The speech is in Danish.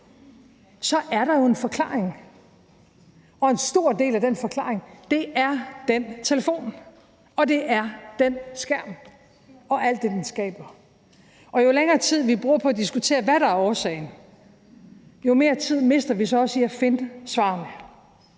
nu, er der jo en forklaring. Og en stor del af den forklaring er den telefon, og det er den skærm og alt det, den skaber. Jo længere tid vi bruger på at diskutere, hvad der er årsagen, jo mere tid mister vi så også til at finde svarene.